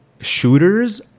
shooters